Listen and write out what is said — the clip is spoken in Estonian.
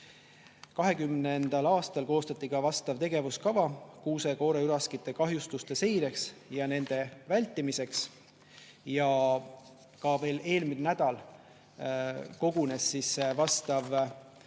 2020. aastal koostati vastav tegevuskava kuuse-kooreüraskite kahjustuste seireks ja nende vältimiseks. Ja veel eelmine nädal kogunes uuesti vastav töögrupp